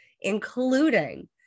including